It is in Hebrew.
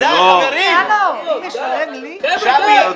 --- שבי,